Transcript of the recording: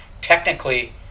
technically